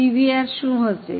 PVR શું હશે